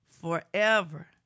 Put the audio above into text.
forever